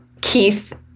Keith